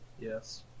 Yes